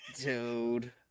Dude